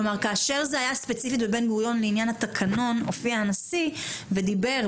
כלומר כאשר זה היה ספציפית בבן גוריון לעניין התקנון הופיע הנשיא ודיבר.